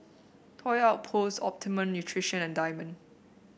Toy Outpost Optimum Nutrition and Diamond